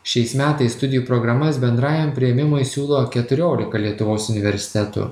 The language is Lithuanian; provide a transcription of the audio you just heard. šiais metais studijų programas bendrajam priėmimui siūlo keturiolika lietuvos universitetų